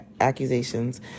accusations